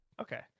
Okay